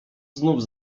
znów